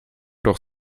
doch